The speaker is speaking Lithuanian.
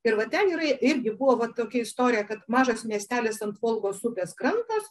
ir vaten yra irgi buvo va tokia istorija kad mažas miestelis ant volgos upės krantas